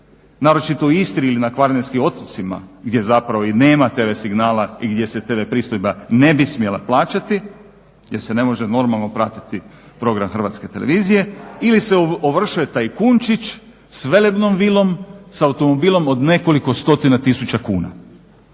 naročito u Istri ili na kvarnerskim otocima gdje zapravo i nema tv signala i gdje se tv pristojba ne bi smjela plaćati jer se ne može normalno pratiti program Hrvatske televizije ili se ovršuje tajkunćić s velebnom vilom, sa automobilom od nekoliko stotina tisuća kuna.